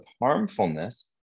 harmfulness